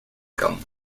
gun